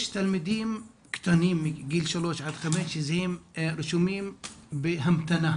תלמידים קטנים מגיל 3 עד 5 שהם רשומים בהמתנה,